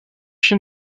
film